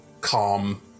calm